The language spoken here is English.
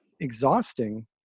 exhausting